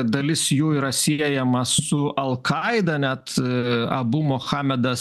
dalis jų yra siejama su al qaida net abu mohamedas